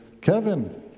Kevin